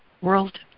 world